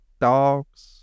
dogs